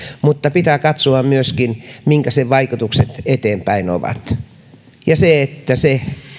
mutta pitää katsoa myöskin mitkä ovat sen vaikutukset eteenpäin ja se että se